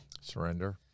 surrender